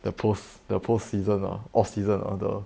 the post the post season ah off season ah the